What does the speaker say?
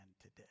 today